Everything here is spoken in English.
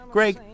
Greg